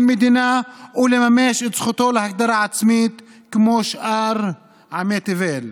מדינה ולממש את זכותו להגדרה עצמית כמו שאר עמי תבל.